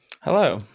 Hello